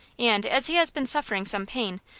and, as he has been suffering some pain,